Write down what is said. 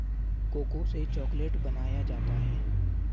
cocoa से chocolate बनाया जाता है